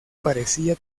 parecía